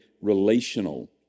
relational